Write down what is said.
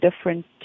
different